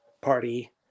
party